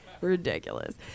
Ridiculous